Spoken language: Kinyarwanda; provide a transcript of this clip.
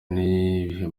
n’ibihe